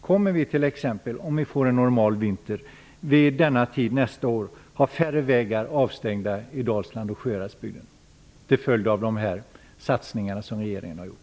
Kommer vi t.ex., om det blir en normal vinter, vid denna tid nästa år att ha färre vägar avstängda i Dalsland och Sjuhäradsbygden till följd av de satsningar som regeringen har gjort?